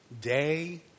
day